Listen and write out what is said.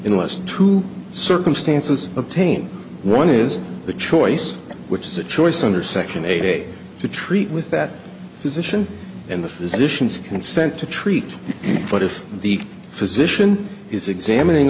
us to circumstances obtain one is the choice which is the choice under section eight to treat with that position and the physicians consent to treat but if the physician is examining